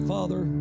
Father